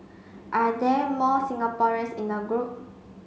are there more Singaporeans in the group